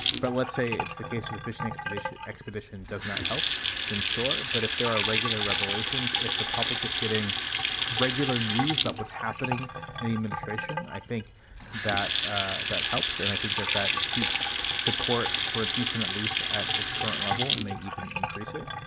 but let's say it's the case as a fishing expedition. expedition does not help then shore. but if there are regular revelations, if the public is getting regular news about what's happening in the administration, i think that that helps. and i think that that keeps support for a decent, at least at its current level, and may even increase it.